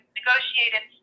negotiated